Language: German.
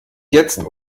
jetzt